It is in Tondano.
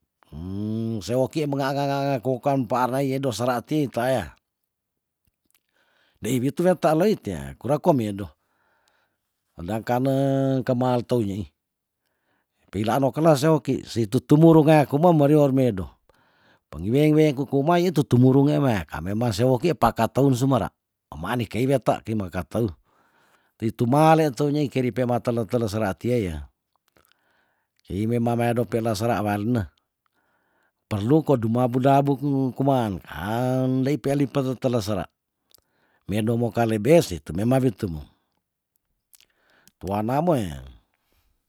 sewoki kokan paar nei do sera ti taea dei witu weta loit ya kura kwa medo sedangkane kemal teu nyei peilaan no kelas seoki situ tumurung ngea kume merior medo pengiweng weng kuku ma itu tumurung nge weya kame ma seoki paka teun sumera emani kei weta kei meke teu tei tumale teu nyei keri pe ma tele tele sera tie ya kei mema meado pela sera wealuna perlu ko du mabu dabu dabu kung kuman kaan ndei peli peteteles sera medo mo kalebe si tu memang witum tuana me ye